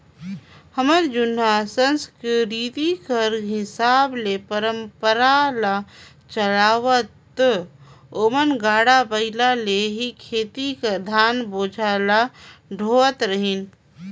हमर जुनहा संसकिरती कर हिसाब ले परंपरा ल चलावत ओमन गाड़ा बइला ले ही खेत कर धान बोझा ल डोहत रहिन